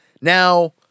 Now